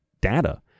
data